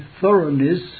thoroughness